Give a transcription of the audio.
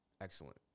Excellent